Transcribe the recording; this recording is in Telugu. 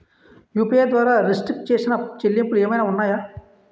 యు.పి.ఐ ద్వారా రిస్ట్రిక్ట్ చేసిన చెల్లింపులు ఏమైనా ఉన్నాయా?